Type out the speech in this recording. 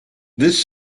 this